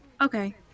Okay